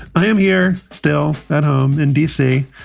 i am here still at home in d c.